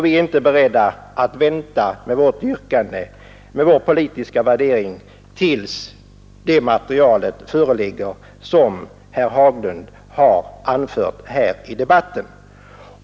Vi är inte beredda att vänta med vår politiska värdering tills det material föreligger som herr Haglund har berört här i debatten.